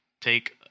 take